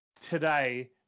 today